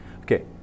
Okay